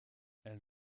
elle